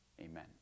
Amen